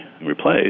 replaced